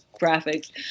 graphics